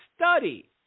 study